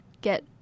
get